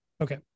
okay